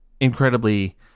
incredibly